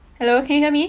hello can you hear me